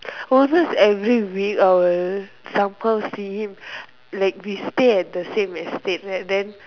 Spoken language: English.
always almost every week I will somehow see him like we stay at the same estate right then